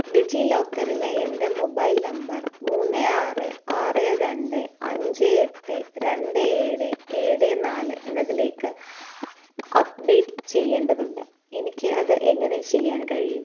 ഡിജിലോക്കറിലെ എൻ്റെ mobile number മൂന്ന് ആറ് ആറ് രണ്ട് അഞ്ച് എട്ട് രണ്ട് ഏഴ് ഏഴ് നാല് എന്നതിലേക്ക് അപ്ഡേറ്റ് ചെയ്യേണ്ടതുണ്ട് എനിക്ക് അത് എങ്ങനെ ചെയ്യാൻ കഴിയും